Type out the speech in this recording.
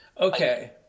okay